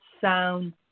sound